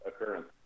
occurrence